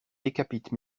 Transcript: décapite